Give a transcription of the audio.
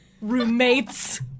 roommates